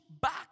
back